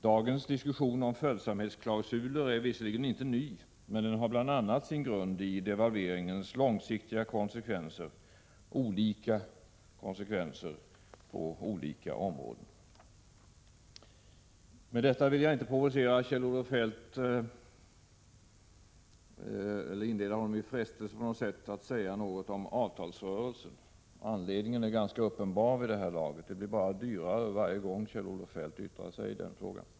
Dagens diskussion om följsamhetsklausuler är visserligen inte ny, men den har sin grund bl.a. i devalveringens långsiktiga konsekvenser, dvs. olika konsekvenser på olika områden. Med detta vill jag inte på något sätt provocera Kjell-Olof Feldt eller inleda honom i frestelse att säga något om avtalsrörelsen. Anledningen till problemen är ganska uppenbar vid det här laget: det blir bara dyrare varje gång Kjell-Olof Feldt yttrar sig i den frågan.